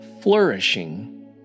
flourishing